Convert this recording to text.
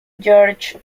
george